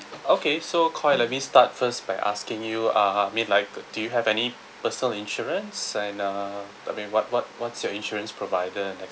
okay so koi let me start first by asking you uh I mean like do you have any personal insurance and uh I mean what what what's your insurance provider and